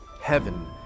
Heaven